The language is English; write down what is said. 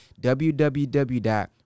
www